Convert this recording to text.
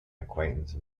acquaintance